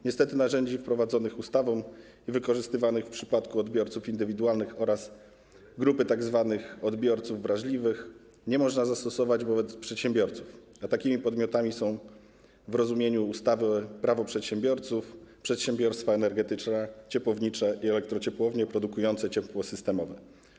Niestety wprowadzonych ustawą narzędzi wykorzystywanych w przypadku odbiorców indywidualnych oraz grupy tzw. odbiorców wrażliwych nie można zastosować wobec przedsiębiorców, a takimi podmiotami w rozumieniu ustawy - Prawo przedsiębiorców są przedsiębiorstwa energetyczne, ciepłownicze i elektrociepłownie produkujące ciepło systemowe.